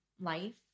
life